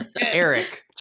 Eric